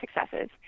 successes